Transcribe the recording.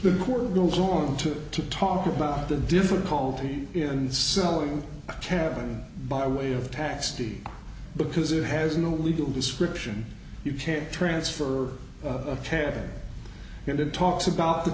the court goes on to talk about the difficulty in selling a cabin by way of taxi because it has no legal description you can't transfer a cab and it talks about the